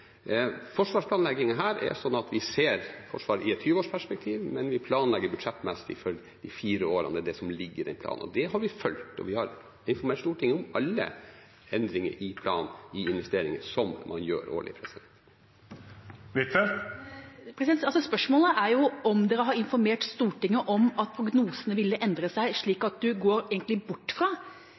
Forsvarsplanleggingen her er slik at vi ser Forsvaret i et 20-årsperspektiv, men vi planlegger budsjettmessig for de fire årene. Det er det som ligger i den planen, og det har vi fulgt, og vi har informert Stortinget om alle endringer i planen, i investeringer som man gjør årlig. Spørsmålet er jo om man har informert Stortinget om at prognosene ville endre seg, slik at man egentlig går bort fra